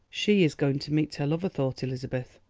she is going to meet her lover, thought elizabeth.